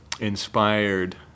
inspired